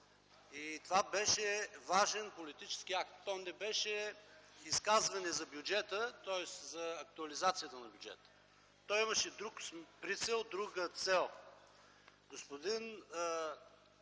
Това беше важен политически акт. То не беше изказване за актуализацията на бюджета, то имаше друг прицел, друга цел.